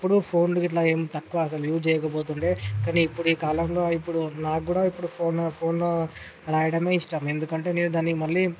ఇప్పుడు ఫోన్లు గిట్ల ఏం తక్కువ అసలు యూజ్ చేయకపోతుండే కానీ ఇప్పుడు ఈ కాలంలో ఇప్పుడు నాకు కూడా ఇప్పుడు ఫోను ఫోన్లో రాయడమె ఇష్టం ఎందుకంటే నేను దాన్ని మళ్ళీ